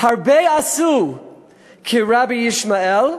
"הרבה עשו כרבי ישמעאל",